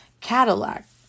Cadillac